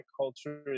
culture